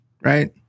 right